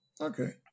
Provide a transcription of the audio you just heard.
Okay